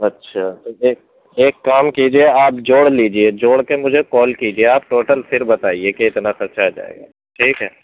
اچھا تو ایک ایک کام کیجیے آپ جوڑ لیجیے جوڑ کے مجھے کال کیجیے آپ ٹوٹل پھر بتائیے کہ اتنا خرچہ آ جائے گا ٹھیک ہے